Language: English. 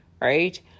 right